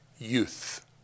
youth